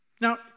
Now